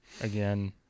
again